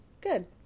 Good